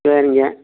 சரிங்க